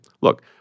Look